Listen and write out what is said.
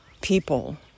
people